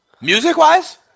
Music-wise